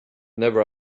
never